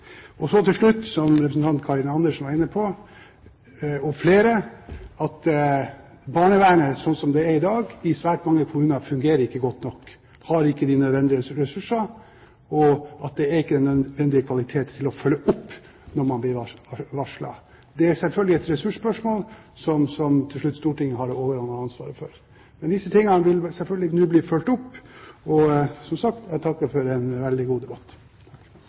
gjøre. Så til slutt til det som representanten Karin Andersen og flere var inne på: Barnevernet slik som det er i dag i svært mange kommuner, fungerer ikke godt nok. De har ikke de nødvendige ressurser og den nødvendige kvalitet til å følge opp når man blir varslet. Det er selvfølgelig et ressursspørsmål, som til slutt Stortinget har det overordnede ansvaret for. Men disse tingene vil selvfølgelig nå bli fulgt opp. Som sagt, jeg takker for en veldig god debatt.